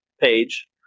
page